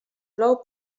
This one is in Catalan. plou